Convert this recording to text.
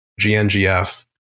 GNGF